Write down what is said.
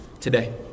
today